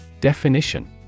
Definition